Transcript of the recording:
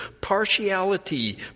partiality